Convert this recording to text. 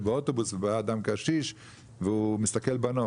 באוטובוס ובא אדם קשיש והוא מסתכל בנוף.